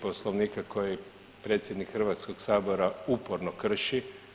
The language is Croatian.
Poslovnika kojeg predsjednik Hrvatskog sabora uporno krši.